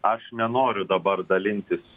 aš nenoriu dabar dalintis